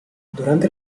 durante